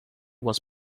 was